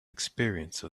experience